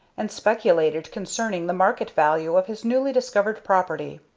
and speculated concerning the market value of his newly discovered property.